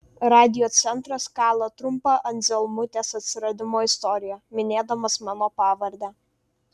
radiocentras kala trumpą anzelmutės atsiradimo istoriją minėdamas mano pavardę